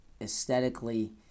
aesthetically